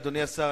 אדוני השר,